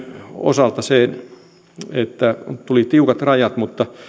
osalta se että tuli tiukat rajat mutta